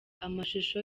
amashusho